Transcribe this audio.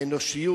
האנושיות,